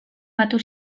batu